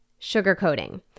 sugarcoating